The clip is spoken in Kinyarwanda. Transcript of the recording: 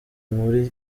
nkuru